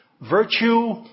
Virtue